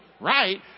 right